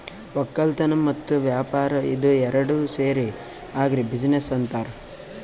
ವಕ್ಕಲತನ್ ಮತ್ತ್ ವ್ಯಾಪಾರ್ ಇದ ಏರಡ್ ಸೇರಿ ಆಗ್ರಿ ಬಿಜಿನೆಸ್ ಅಂತಾರ್